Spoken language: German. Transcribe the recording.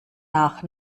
nach